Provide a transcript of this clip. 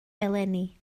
eleni